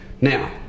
Now